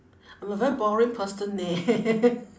I'm a very boring person eh